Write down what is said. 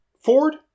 Ford